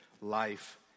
life